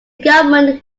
government